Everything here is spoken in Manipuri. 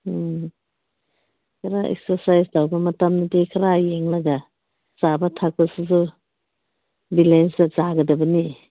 ꯎꯝ ꯀꯩꯅꯣ ꯑꯦꯛꯁꯔꯁꯏꯁ ꯇꯧꯕ ꯃꯇꯝꯗꯗꯤ ꯈꯔ ꯌꯦꯡꯂꯒ ꯆꯥꯕ ꯊꯛꯄꯗꯁꯨ ꯕꯦꯂꯦꯟꯁꯇ ꯆꯥꯒꯗꯕꯅꯤ